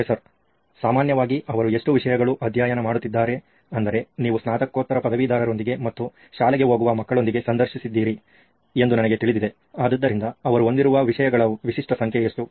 professor ಸಾಮಾನ್ಯವಾಗಿ ಅವರು ಎಷ್ಟು ವಿಷಯಗಳು ಅಧ್ಯಯನ ಮಾಡುತ್ತಿದ್ದಾರೆ ಅಂದರೆ ನೀವು ಸ್ನಾತಕೋತ್ತರ ಪದವೀಧರರೊಂದಿಗೆ ಮತ್ತು ಶಾಲೆಗೆ ಹೋಗುವ ಮಕ್ಕಳೊಂದಿಗೆ ಸಂದರ್ಶಿಸಿದ್ದೀರಿ ಎಂದು ನನಗೆ ತಿಳಿದಿದೆ ಆದ್ದರಿಂದ ಅವರು ಹೊಂದಿರುವ ವಿಷಯಗಳ ವಿಶಿಷ್ಟ ಸಂಖ್ಯೆ ಎಷ್ಟು